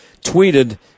tweeted